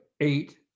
eight